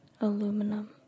Aluminum